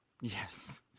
Yes